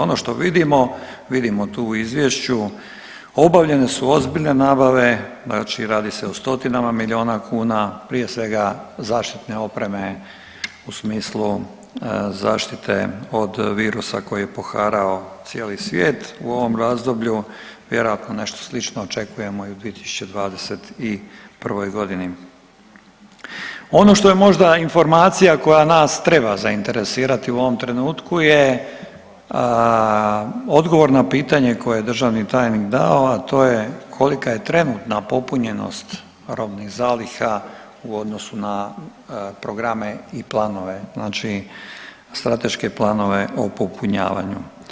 Ono što vidimo, vidimo tu u Izvješću, obavljene su ozbiljne nabave, znači radi se o stotinama milijuna kuna, prije svega, zaštitne opreme u smislu zaštite od virusa koji je poharao cijeli svijet u ovom razdoblju, vjerojatno nešto slično očekujemo i u 2021. g. Ono što je možda informacija koja nas treba zainteresirati u ovom trenutku je odgovor na pitanje koje je državni tajnik dao, a to je kolika je trenutna popunjenost robnih zaliha u odnosu na programe i planove, znači strateške planove o popunjavanju.